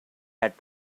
had